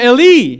Eli